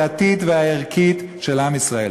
הדתית והערכית של עם ישראל.